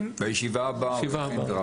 לישיבה הבאה הוא יכין גרפים.